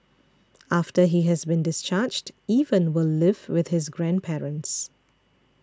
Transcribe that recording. after he has been discharged Evan will live with his grandparents